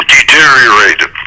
Deteriorated